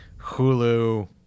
Hulu